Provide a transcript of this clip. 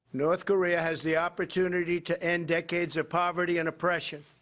north korea has the opportunity to end decades of poverty and oppression